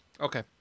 Okay